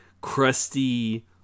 crusty